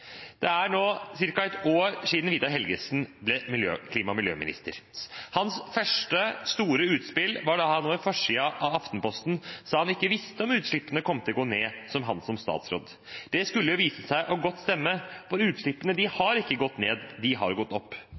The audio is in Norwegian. Det er nå ca. ett år siden Vidar Helgesen ble klima- og miljøminister. Hans første store utspill var da han over førstesiden av Aftenposten sa han ikke visste om utslippene kom til å gå ned med ham som statsråd. Det skulle vise seg å stemme godt, for utslippene har ikke gått ned, de har gått opp.